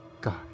God